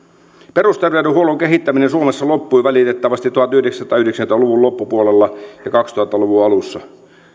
perusterveydenhuollon kehittäminen suomessa loppui valitettavasti tuhatyhdeksänsataayhdeksänkymmentä luvun loppupuolella ja kaksituhatta luvun alussa